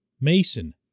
Mason